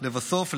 לבסוף,